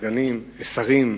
סגנים, שרים,